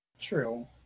True